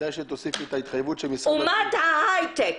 אומת ההייטק.